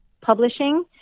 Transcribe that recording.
Publishing